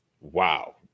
wow